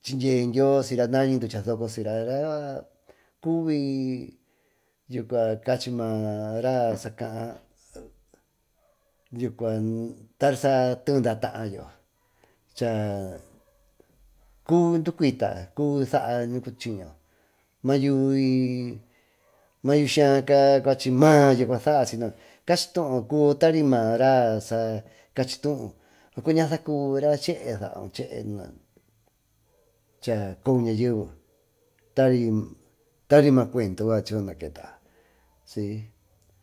tuchindye iyosira nañiducha sooco ra yucua cuby cachy mara sacaa tary saá teé daatayo chacuby docuitayo cubi saayo ñúcu chiño macuby yiaca cue mayoó cuasaayo cua saañaara chee saau choo cha coou ñáyebe tary tary ma cuendu naketa.